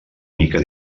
mica